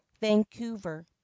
Vancouver